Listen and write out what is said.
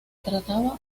trataba